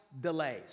delays